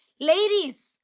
Ladies